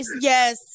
Yes